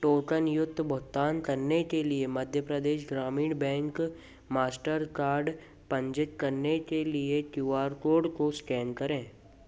टोकनयुक्त भुगतानों के लिए मेरा मध्य प्रदेश ग्रामीण बैंक मास्टरकार्ड कार्ड पंजीकृत करने के लिए क्यू आर कोड को स्कैन करें